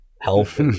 health